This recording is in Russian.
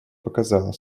показала